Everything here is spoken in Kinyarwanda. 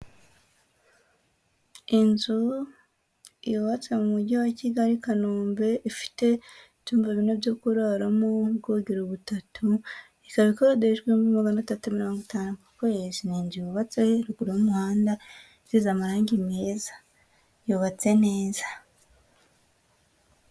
Inzu yubatse mu mujyi wa Kigali i Kanombe, ifite ibyumba bine byo kuraramo, ubwogero butatu, ikaba ikodeshwa ibihumbi magana atatu mirongo itanu ku kwezi, ni inzu yubatse ruguru y'umuhanda, isize amarangi meza yubatse neza.